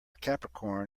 capricorn